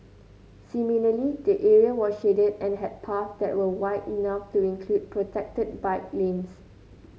similarly the area was shaded and had paths that were wide enough to include protected bike lanes